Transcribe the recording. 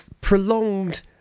prolonged